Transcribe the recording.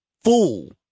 Fool